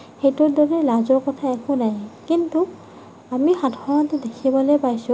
সেইটোৰ দৰে লাজৰ কথা একো নাই কিন্তু আমি সাধাৰণতে দেখিবলৈ পাইছোঁ